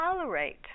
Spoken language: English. tolerate